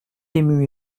émue